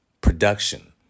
production